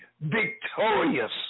victorious